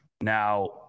now